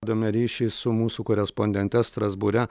dome ryšį su mūsų korespondente strasbūre